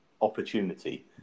opportunity